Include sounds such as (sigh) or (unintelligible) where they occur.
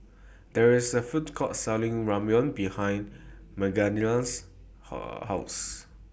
There IS A Food Court Selling Ramyeon behind Magdalena's (unintelligible) House